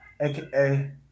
AKA